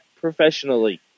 professionally